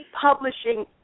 publishing